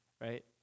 right